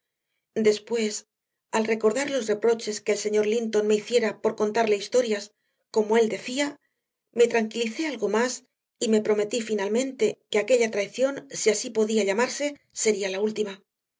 después al recordar los reproches que el señor linton me hiciera por contarle historias como él decía me tranquilicé algo más y me prometí finalmente que aquella traición si así podía llamarse sería la última